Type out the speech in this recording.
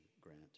grant